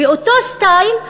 באותו סטייל,